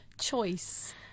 choice